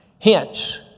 Hence